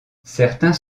certains